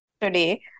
today